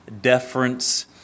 deference